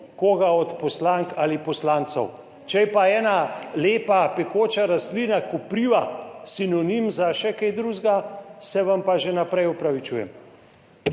koga od poslank ali poslancev, če je pa ena lepa pekoča rastlina, kopriva, sinonim za še kaj drugega, se vam pa že vnaprej opravičujem.